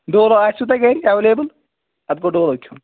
ڈولو آسِو تۄہہِ گرِ ایویلِبٕل اَتھ گوٚو ڈولو کھٮ۪ون